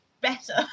Better